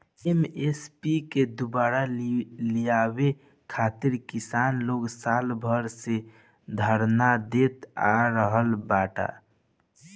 MSP के दुबारा लियावे खातिर किसान लोग साल भर से धरना देत आ रहल बाड़न